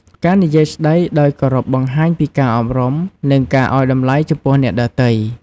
ការនិយាយស្តីដោយគោរពបង្ហាញពីការអប់រំ និងការឱ្យតម្លៃចំពោះអ្នកដទៃ។